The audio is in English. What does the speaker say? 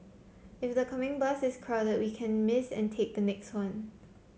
if the coming bus is crowded we can miss and take the next one